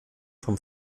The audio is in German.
vom